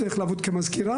שתלך לעבוד כמזכירה,